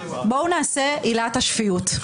בואו נעשה עילת השפיות.